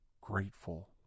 grateful